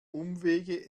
umwege